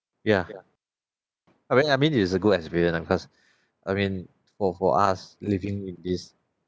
ya I mean I mean it's a good experience lah because I mean for for us living with this